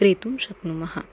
क्रेतुं शक्नुमः